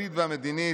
הדתית והמדינית,